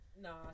Nah